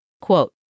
Quote